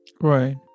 Right